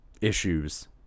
issues